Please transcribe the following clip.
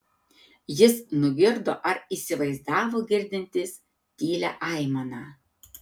jis nugirdo ar įsivaizdavo girdintis tylią aimaną